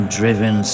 driven